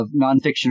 Nonfiction